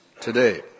today